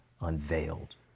unveiled